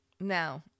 now